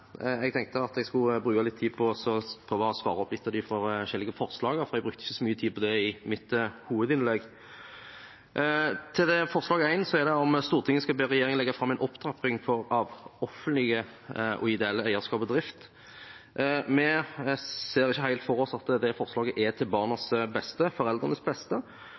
Jeg tenkte at jeg skulle bruke litt tid på å prøve å svare opp noen av de forskjellige forslagene, for jeg brukte ikke så mye tid på det i mitt hovedinnlegg. Til forslag nr. 4, om at Stortinget ber regjeringen legge fram en plan for opptrapping av offentlig og ideelt eierskap og drift: Vi ser ikke helt for oss at det forslaget er til barnas og foreldrenes beste,